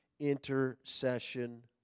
Intercession